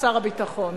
שר הביטחון.